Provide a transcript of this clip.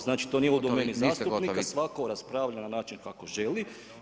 Znači to nije u domeni zastupnika, svatko raspravlja na način kako želi.